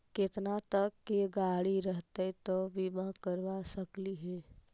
केतना तक के गाड़ी रहतै त बिमा करबा सकली हे?